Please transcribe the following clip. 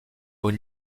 aux